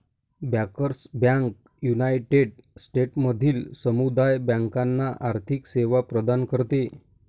bankers bank United स्टेट्समधील समुदाय बँकांना आर्थिक सेवा प्रदान करते